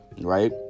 right